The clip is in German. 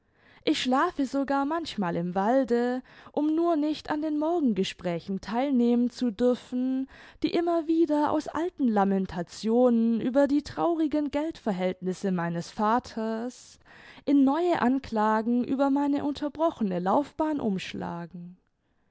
ich schlafe sogar manchmal im walde um nur nicht an den morgengesprächen theil nehmen zu dürfen die immer wieder aus alten lamentationen über die traurigen geldverhältnisse meines vaters in neue anklagen über meine unterbrochene laufbahn umschlagen